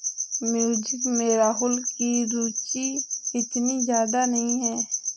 music में राहुल की रुचि इतनी ज्यादा नहीं है